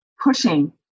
pushing